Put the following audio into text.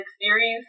series